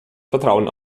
vertrauen